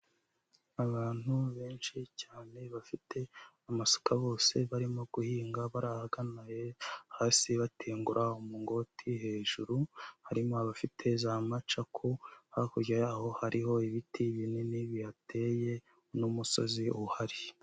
Abantu benshi cyane bafite amasuka bose barimo guhinga bari ahagana hasi batengura umungoti, hejuru harimo abafite za macaku hakurya y'aho hariho ibiti binini biteye n'umusozi uhari